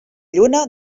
lluna